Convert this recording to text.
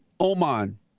Oman